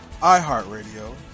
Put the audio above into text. iHeartRadio